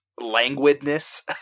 languidness